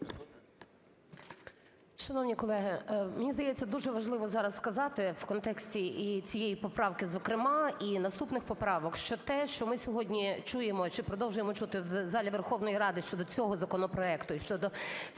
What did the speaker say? Шановні колеги, мені здається, дуже важливо зараз сказати в контексті і цієї поправки зокрема, і наступних поправок, що те, що ми сьогодні чуємо чи продовжуємо чути в залі Верховної Ради щодо цього законопроекту і щодо всіх